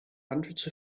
hundreds